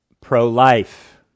pro-life